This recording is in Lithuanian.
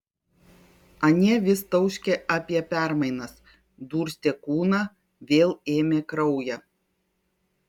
anie vis tauškė apie permainas durstė kūną vėl ėmė kraują